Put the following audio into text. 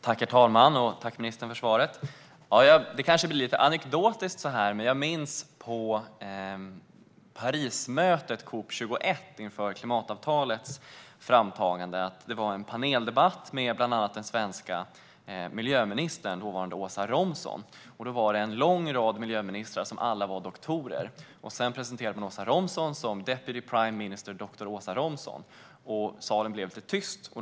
Herr talman! Tack, ministern, för svaret! Det här kanske blir lite anekdotiskt, men jag minns att det på Parismötet COP 21 inför klimatavtalets framtagande var en paneldebatt med bland andra den svenska miljöministern, som då var Åsa Romson. Det var en lång rad av miljöministrar som alla var doktorer. Sedan presenterade man Åsa Romson som deputy prime minister of Sweden doctor Åsa Romson, och det blev tyst i salen.